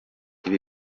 ibi